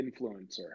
influencer